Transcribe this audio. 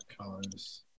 colors